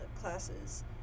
classes